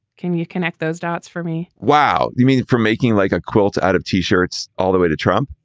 can you connect those dots for me? wow. you mean for making like a quilt out of t shirts all the way to trump?